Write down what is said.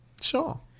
Sure